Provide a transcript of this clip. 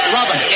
Robin